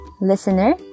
Listener